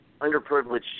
underprivileged